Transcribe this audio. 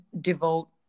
devote